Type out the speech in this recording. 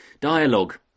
dialogue